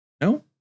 No